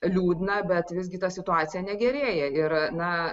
liūdna bet visgi ta situacija negerėja ir na